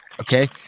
Okay